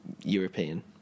European